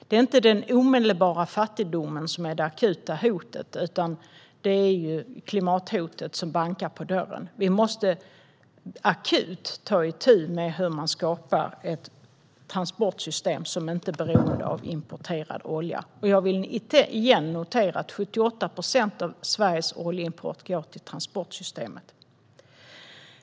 Det är inte den omedelbara fattigdomen som är det akuta hotet; det är klimathotet som bankar på dörren. Vi måste akut ta itu med hur man skapar ett transportsystem som inte är beroende av importerad olja. Jag vill återigen notera att 78 procent av Sveriges oljeimport går till transportsystemet.